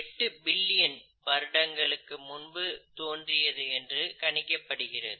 8 billion வருடங்களுக்கு முன்பு தோன்றியது என்று கணிக்கப்படுகிறது